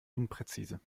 unpräzise